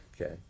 Okay